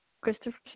Christopher